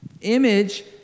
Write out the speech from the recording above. Image